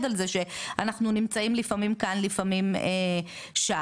על זה שאנחנו נמצאים לפעמים כאן ולפעמים שם.